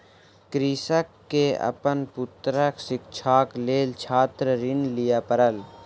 कृषक के अपन पुत्रक शिक्षाक लेल छात्र ऋण लिअ पड़ल